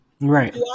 right